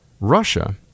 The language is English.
Russia